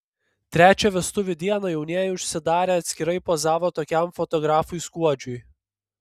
trečią vestuvių dieną jaunieji užsidarę atskirai pozavo tokiam fotografui skuodžiui